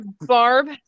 barb